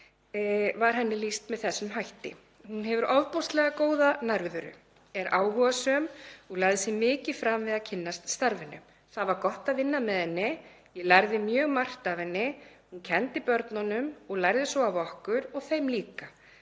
var henni lýst með þessum hætti: „Hún hefur ofboðslega góða nærveru, er áhugasöm og lagði sig mikið fram við að kynnast starfinu. Það var gott að vinna með henni, ég lærði mjög margt af henni. Hún kenndi börnunum og lærði svo af okkur og þeim líka.